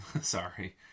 Sorry